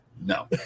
No